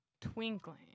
twinkling